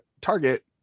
target